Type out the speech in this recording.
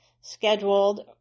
scheduled